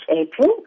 April